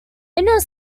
inner